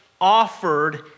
offered